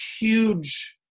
huge